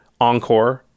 Encore